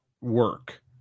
work